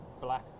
black